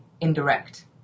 indirect